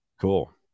Cool